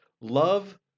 love